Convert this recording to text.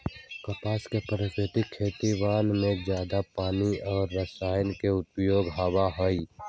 कपास के परंपरागत खेतियन में जादा पानी और रसायन के उपयोग होबा हई